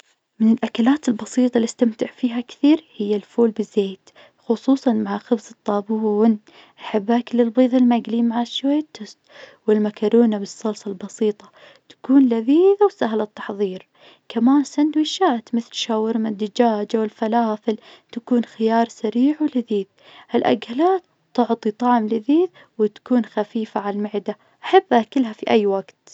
من الأكلات البسيطة اللي استمتع فيها كثير هي الفول بالزيت خصوصا مع خبز الطابون. أحب أكل البيض المقلي مع شوية توست، والمكرونة بالصلصة البسيطة تكون لذيذة وسهلة التحظير. كمان السندويشات مثل شاورما الدجاج، والفلافل تكون خيار سريع ولذيذ. الأكلات تعطي طعم لذيذ وتكون خفيفة على المعدة أحب أكلها في أي وقت.